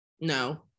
No